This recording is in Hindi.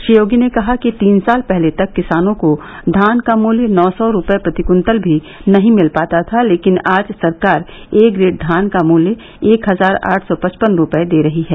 श्री योगी ने कहा कि तीन साल पहले तक किसानों को धान का मूल्य नौ सौ रूपये प्रति कुन्तल भी नही मिल पाता था लेकिन आज सरकार ए ग्रेड धान का मूल्य एक हजार आठ सौ पचपन रूपये दे रही है